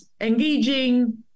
engaging